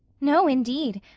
no, indeed.